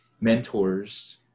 mentors